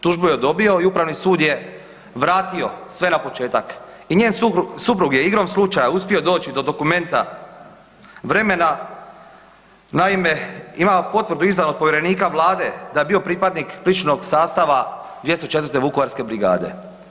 Tužbu je dobio i Upravni sud je vratio sve na početak i njen suprug je igrom slučaja uspio doći do dokumenta vremena, naime, ima potvrdu izdanu od povjerenika Vlade da je bio pripadnik pričuvnog sastava 204. vukovarske brigade.